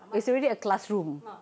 is already a classroom